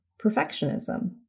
perfectionism